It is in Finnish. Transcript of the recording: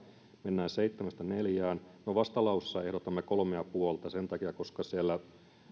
mennään seitsemästä neljään me vastalauseessa ehdotamme kolmea pilkku viittä sen takia että siellä